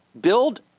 build